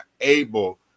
able